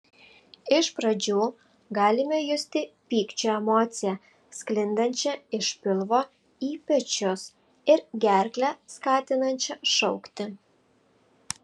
iš pradžių galime justi pykčio emociją sklindančią iš pilvo į pečius ir gerklę skatinančią šaukti